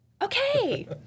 okay